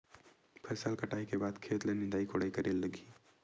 फसल कटाई के बाद खेत ल निंदाई कोडाई करेला लगही?